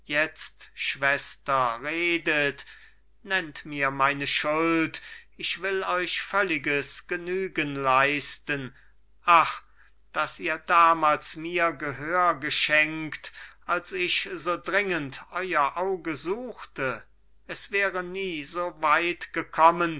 jetzt schwester redet nennt mir meine schuld ich will euch völliges genügen leisten ach daß ihr damals mir gehör geschenkt als ich so dringend euer auge suchte es wäre nie so weit gekommen